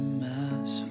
mess